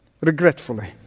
regretfully